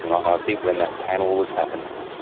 and i think when that panel was happening,